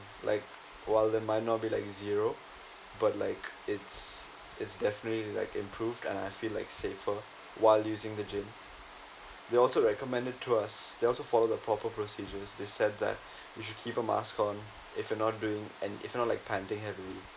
like while they might not be like zero but like it's it's definitely like improved and I feel like safer while using the gym they also recommended to us they also followed the proper procedures they said that you should keep a mask on if you're not doing and if you're not like panting and